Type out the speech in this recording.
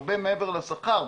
הרבה מעבר לשכר.